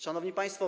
Szanowni Państwo!